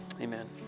Amen